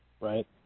right